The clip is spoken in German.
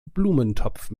blumentopf